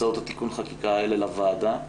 הצעות תיקון החקיקה האלה לוועדה,